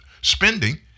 spending